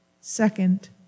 second